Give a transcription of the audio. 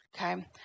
Okay